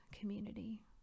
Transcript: community